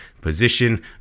position